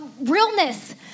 realness